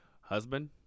husband